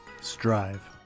strive